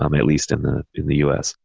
um at least in the, in the us.